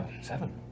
seven